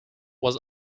was